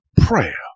prayer